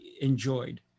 enjoyed